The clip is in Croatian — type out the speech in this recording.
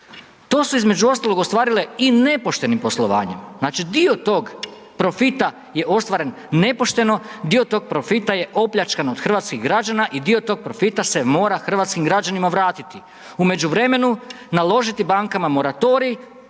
To se između ostalog ostvarile i nepoštenim poslovanjem, znači dio tog profita je ostvaren nepošteno, dio tog profita je opljačkan od hrvatskih građana i dio tog profita se mora hrvatskim građanima vratiti. U međuvremenu, naložiti bankama moratorij